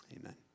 Amen